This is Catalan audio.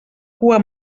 cua